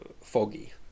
foggy